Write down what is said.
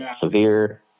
severe